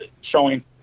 showing